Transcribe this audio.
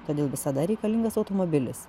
todėl visada reikalingas automobilis